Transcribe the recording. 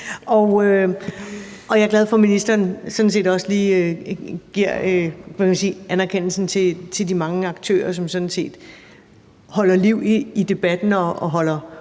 Jeg er glad for, at ministeren også giver anerkendelse til de mange aktører, som sådan set holder liv i debatten og holder